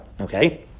Okay